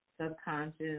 subconscious